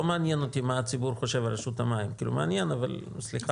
לא מעניין אותי מה הציבור חושב על רשות המים זה מעניין אבל פחות.